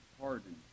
pardon